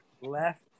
left